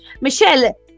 michelle